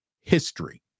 history